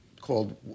called